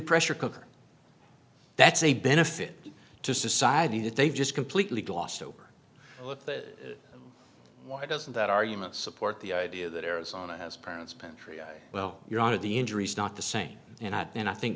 pressure cooker that's a benefit to society that they've just completely glossed over why doesn't that argument support the idea that arizona has parents petrea well you're out of the injuries not the same and i and i think